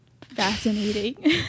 Fascinating